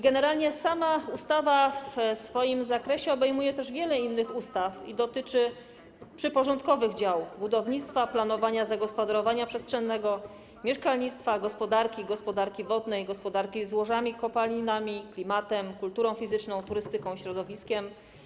Generalnie sama ustawa w swoim zakresie obejmuje też wiele innych ustaw i dotyczy spraw przyporządkowanych do działów: budownictwo, planowanie i zagospodarowanie przestrzenne oraz mieszkalnictwo, gospodarka, gospodarka wodna, gospodarka złożami kopalin, klimat, kultura fizyczna, turystyka i środowisko.